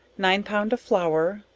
nine pound of flour,